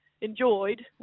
enjoyed